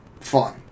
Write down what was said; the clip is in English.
Fun